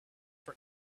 for